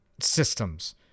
systems